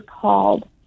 called